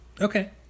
Okay